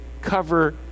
cover